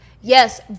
Yes